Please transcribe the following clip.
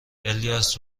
الیاس